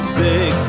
big